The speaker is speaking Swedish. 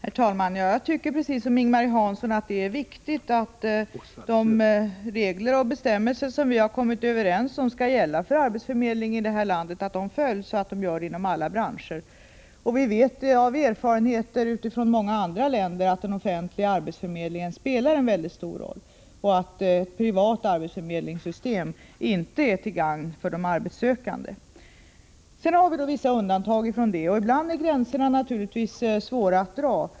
Herr talman! Jag tycker precis som Ing-Marie Hansson att det är viktigt att de regler och bestämmelser som vi har kommit överens om för arbetsförmedlingarna här i landet följs inom alla branscher. Vi vet av erfarenheter från många andra länder att den offentliga arbetsförmedlingen spelar en mycket stor roll och att privata arbetsförmedlingssystem inte är till gagn för de arbetssökande. Sedan har vi vissa undantag. Ibland är givetvis gränserna svåra att dra.